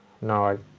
no